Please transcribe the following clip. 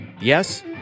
Yes